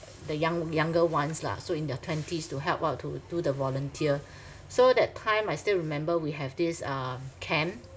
the young~ younger ones lah so in their twenties to help out to do the volunteer so that time I still remember we have this uh camp